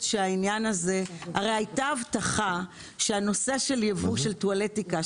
הרי הייתה הבטחה של נושא יבוא טואלטיקה,